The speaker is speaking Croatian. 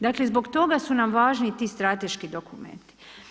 Dakle i zbog toga su nam važni ti strateški dokumenti.